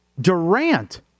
Durant